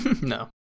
no